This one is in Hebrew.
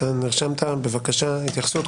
התייחסות.